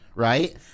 Right